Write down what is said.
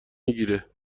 میگیره